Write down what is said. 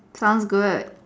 sounds good